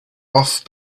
off